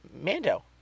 Mando